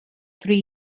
three